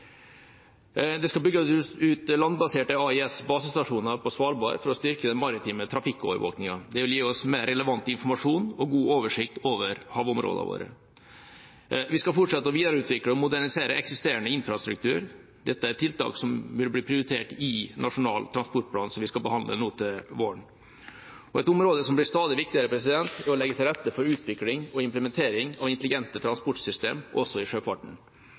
Det skal bygges ut landbaserte AIS-basestasjoner på Svalbard for å styrke den maritime trafikkovervåkningen. Det vil gi oss mer relevant informasjon og god oversikt over havområdene våre. Vi skal fortsette å videreutvikle og modernisere eksisterende infrastruktur. Dette er tiltak som vil bli prioritert i Nasjonal transportplan, som vi skal behandle til våren. Et område som blir stadig viktigere, er å legge til rette for utvikling og implementering av intelligente transportsystem, også i sjøfarten.